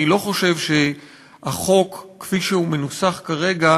אני לא חושב שהחוק, כפי שהוא מנוסח כרגע,